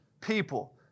people